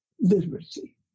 literacy